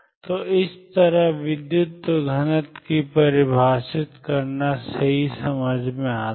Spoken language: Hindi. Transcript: तो इस तरह विद्युत घनत्व को परिभाषित करना सही समझ में आता है